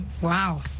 wow